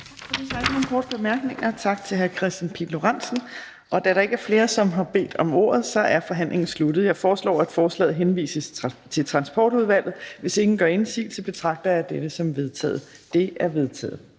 ikke nogen korte bemærkninger. Tak til hr. Kristian Pihl Lorentzen. Da der ikke er flere, der har bedt om ordet, er forhandlingen sluttet. Jeg foreslår, at lovforslaget henvises til Transportudvalget. Hvis ingen gør indsigelse, betragter jeg dette som vedtaget. Det er vedtaget.